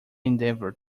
endeavour